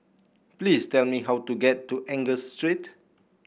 please tell me how to get to Angus Street